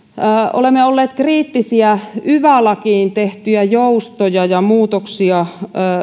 olemme olleet kriittisiä yva lakiin tehtyjä joustoja ja muutoksia